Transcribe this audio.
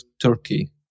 Turkey